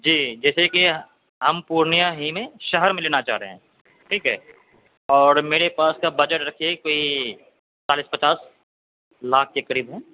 جی جیسے کہ ہم پورنیہ ہی میں شہر میں لینا چاہ رہے ہیں ٹھیک ہے اور میرے پاس کا بجٹ رکھیے کوئی چالیس پچاس لاکھ کے قریب ہے